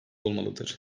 olmalıdır